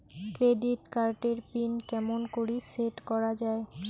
Credit card এর pin কেমন করি সেট করা য়ায়?